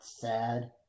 sad